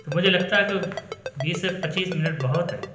تو مجھے لگتا ہے کہ بیس سے پچیس منٹ بہت ہے